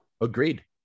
Agreed